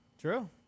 True